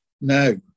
No